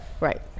Right